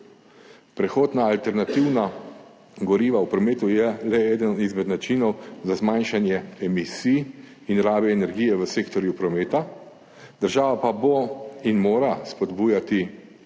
Prehod na alternativna goriva v prometu je le eden izmed načinov za zmanjšanje emisij in rabe energije v sektorju prometa, država pa bo in mora spodbujati